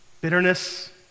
bitterness